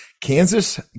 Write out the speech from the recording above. Kansas